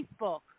Facebook